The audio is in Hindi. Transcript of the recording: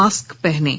मास्क पहनें